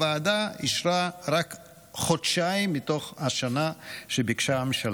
הוועדה אישרה רק חודשיים מתוך השנה שביקשה הממשלה.